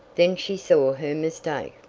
then she saw her mistake.